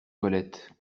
toilettes